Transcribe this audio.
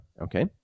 Okay